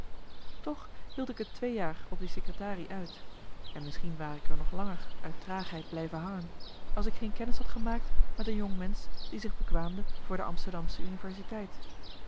toch hield ik t twee jaar op die secretarie uit en misschien ware ik er nog langer uit traagheid blijven hangen als ik geen kennis had gemaakt met een jongmensch die zich bekwaamde voor de amsterdamsche universiteit